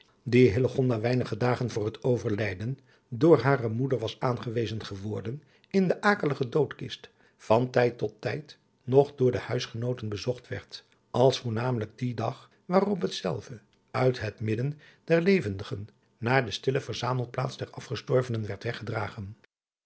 die hillegonda weinige dagen voor het overlijden door hare moeder was aangewezen geworden in de akelige doodkist van tijd tot tijd nog door de huisgenooten bezocht werd als voornamelijk die dag waarop hetzelve uit het midden der levendigen naar de stille verzamelplaats der afgestorvenen werd weggedragen